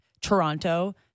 Toronto